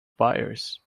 buyers